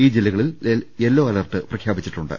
ഈ ജില്ലകളിൽ yellow alert പ്രഖ്യാപിച്ചിട്ടുണ്ട്